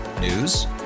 News